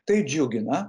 tai džiugina